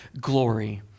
glory